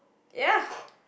ya